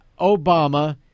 Obama